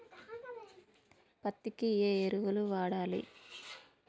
పత్తి కి ఏ ఎరువులు వాడాలి?